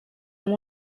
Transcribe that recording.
amb